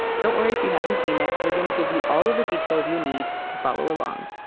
don't worry if you haven't seen it we're gonna give you all the details you need to follow along